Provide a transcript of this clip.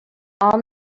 all